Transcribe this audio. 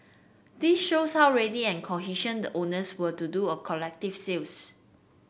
this shows how ready and cohesion the owners were to do a collective sales